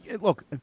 look